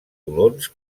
colons